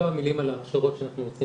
כמה מילים על ההכשרות שאנחנו עושים